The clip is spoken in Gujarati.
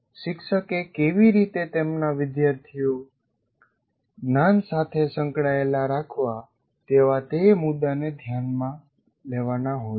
શિક્ષકે કેવી રીતે તેમના વિદ્યાર્થીઓ જ્ઞાન સાથે સંકળાયેલા રાખવા તેવા તે મુદ્દાને ધ્યાનમાં લેવાના હોય છે